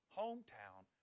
hometown